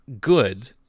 good